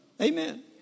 Amen